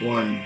One